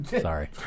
Sorry